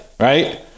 Right